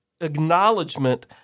acknowledgement